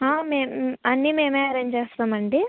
ఆ మేం అన్ని మేమే అరేంజ్ చేస్తాం అండి